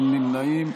אין נמנעים.